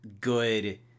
good